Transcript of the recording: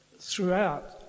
throughout